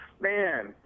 Man